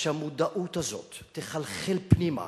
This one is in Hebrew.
שהמודעות הזאת תחלחל פנימה,